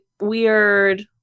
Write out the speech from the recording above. weird